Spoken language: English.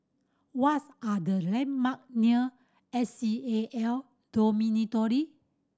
what are the landmarks near S C A L Dormitory